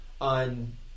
on